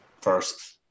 first